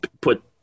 put